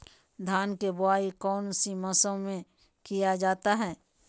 धान के बोआई कौन सी मौसम में किया जाता है?